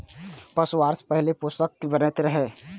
पुआर सं पहिने फूसक घर बनैत रहै